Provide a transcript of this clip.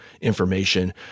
information